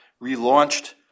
relaunched